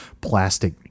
plastic